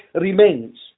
remains